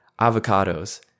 avocados